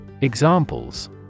Examples